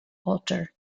altar